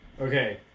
Okay